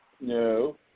No